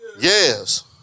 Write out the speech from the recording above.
Yes